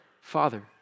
Father